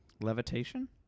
Levitation